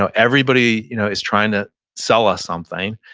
so everybody you know is trying to sell us something.